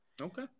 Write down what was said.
Okay